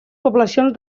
poblacions